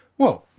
well,